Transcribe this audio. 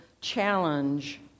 challenge